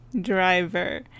driver